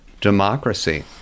democracy